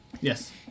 Yes